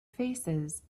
faces